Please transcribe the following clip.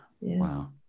wow